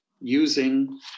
using